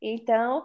Então